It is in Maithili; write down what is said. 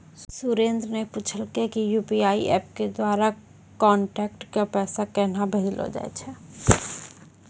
सुरेन्द्र न पूछलकै कि यू.पी.आई एप्प के द्वारा कांटैक्ट क पैसा केन्हा भेजलो जाय छै